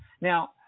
Now